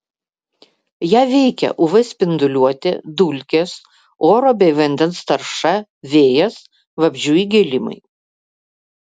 ją veikia uv spinduliuotė dulkės oro bei vandens tarša vėjas vabzdžių įgėlimai